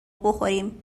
بخوریم